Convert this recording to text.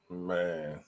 man